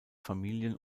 familien